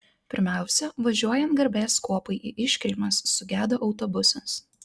pirmiausia važiuojant garbės kuopai į iškilmes sugedo autobusas